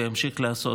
ותמשיך לעשות,